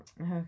Okay